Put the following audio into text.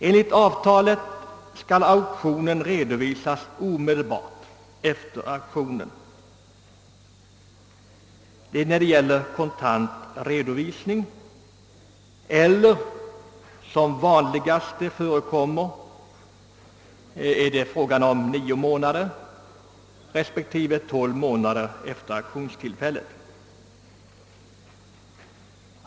Enligt avtalet med uppdragsgivaren skall auktionsföretaget redovisa auktionslikviden till uppdragsgivaren omedelbart. Detta gäller vid kontant redovisning, men vanligen redovisas auktionslikviden till uppdragsgivaren inom nio respektive tolv månader räknat från auktionstillfället.